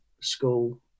school